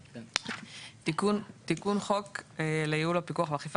תיקון חוק לייעול הפיקוח והאכיפה